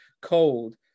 cold